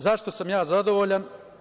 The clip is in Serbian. Zašto sam ja zadovoljan?